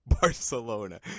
Barcelona